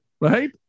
right